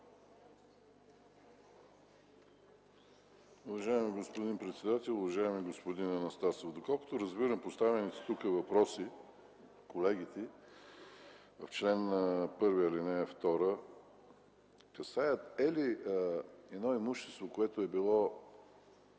Уважаеми господин председател, уважаеми господин Анастасов! Доколкото разбирам, поставените тук въпроси от колегите в чл. 1, ал. 2 касаят: е ли едно имущество, което е било